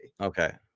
okay